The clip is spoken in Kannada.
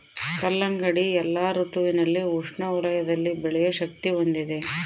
ಕಲ್ಲಂಗಡಿ ಎಲ್ಲಾ ಋತುವಿನಲ್ಲಿ ಉಷ್ಣ ವಲಯದಲ್ಲಿ ಬೆಳೆಯೋ ಶಕ್ತಿ ಹೊಂದಿದೆ